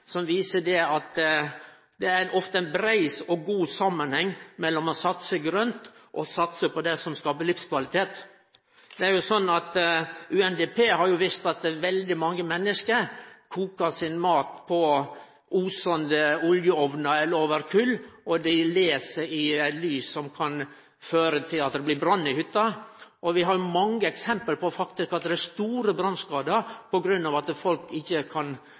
som viser at det ofte er ein brei og god samanheng mellom å satse grønt og å satse på det som skaper livskvalitet. UNDP har vist at svært mange menneske kokar maten sin på osande oljeomnar eller over kol, og dei les i lys som kan føre til at det blir brann i hytta. Vi har mange eksempel på store brannskadar på grunn av at folk må lese med oljelamper eller anna form for lys. Det